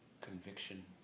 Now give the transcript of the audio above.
conviction